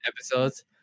episodes